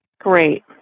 Great